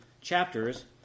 chapters